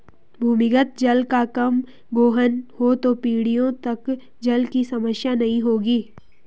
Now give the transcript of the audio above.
भूमिगत जल का कम गोहन हो तो पीढ़ियों तक जल की समस्या नहीं होगी